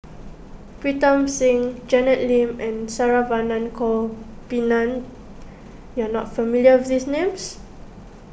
Pritam Singh Janet Lim and Saravanan Gopinathan you are not familiar with these names